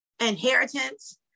inheritance